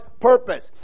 purpose